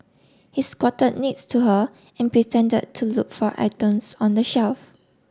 he squatted next to her and pretended to look for items on the shelf